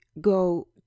go